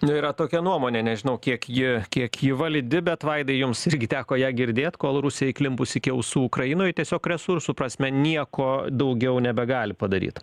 nu yra tokia nuomonė nežinau kiek ji kiek ji validi bet vaidai jums irgi teko ją girdėt kol rusija įklimpus iki ausų ukrainoj tiesiog resursų prasme nieko daugiau nebegali padaryt